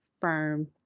firm